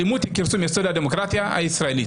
האלימות היא כרסום יסוד הדמוקרטיה הישראלית,